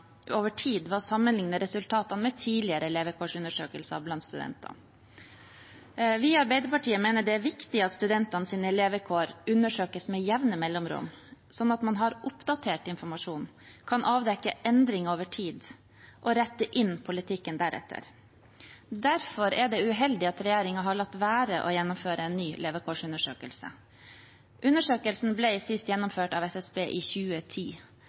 over tid og sammenligne resultatene med tidligere levekårsundersøkelser blant studentene. Vi i Arbeiderpartiet mener det er viktig at studentenes levekår undersøkes med jevne mellomrom, slik at man har oppdatert informasjon, kan avdekke endringer over tid og rette inn politikken deretter. Derfor er det uheldig at regjeringen har latt være å gjennomføre en ny levekårsundersøkelse. Undersøkelsen ble sist gjennomført av SSB i 2010.